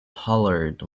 hollered